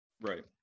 Right